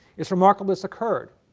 is remarkable this occurred.